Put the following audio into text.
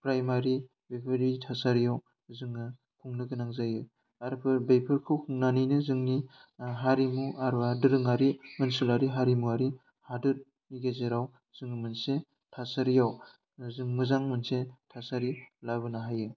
primary बेफोरबायदि थासारियाव जोङो खुंनो गोनां जायो आरो बेफोरखौ खुंनानैनो जोंनि हारिमु आरो दोरोङारि ओनसोलारि हारिमुवारि हादोर गेजेराव जोङो मोनसे थासारियाव जों मोजां मोनसे थासारि लाबोनो हायो